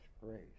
grace